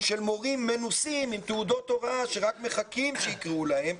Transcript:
של מורים מנוסים עם תעודות הוראה שרק מחכים שיקראו להם.